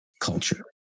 culture